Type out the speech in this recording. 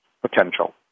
potential